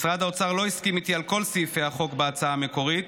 משרד האוצר לא הסכים איתי על כל סעיפי החוק בהצעה המקורית,